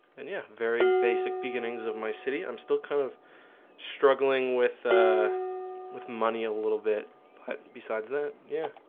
and yeah, very basic beginnings of my city. i'm still kind of struggling with ah with money a little bit but besides that yeah